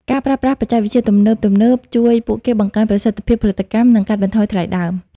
ការប្រើប្រាស់បច្ចេកវិទ្យាទំនើបៗជួយពួកគេបង្កើនប្រសិទ្ធភាពផលិតកម្ម និងកាត់បន្ថយថ្លៃដើម។